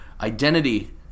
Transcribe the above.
identity